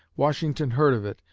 washington heard of it,